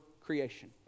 creation